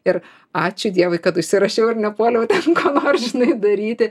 ir ačiū dievui kad užsirašiau ir nepuoliau ten ko nors žinai daryti